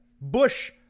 Bush